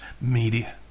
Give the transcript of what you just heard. media